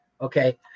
Okay